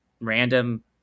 random